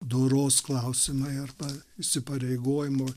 doros klausimai arba įsipareigojimo